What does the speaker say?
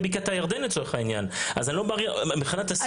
בקעת הירדן לצורך העניין מבחינת הסיווג של הצבא.